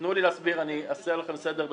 תנו לי להסביר, אני אעשה לכם סדר.